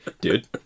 Dude